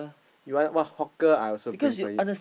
you want what hawker I also bring for you